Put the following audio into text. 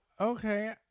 okay